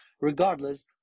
regardless